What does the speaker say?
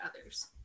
others